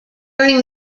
during